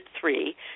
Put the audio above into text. three